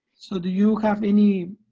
so do you have any